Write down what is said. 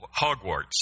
Hogwarts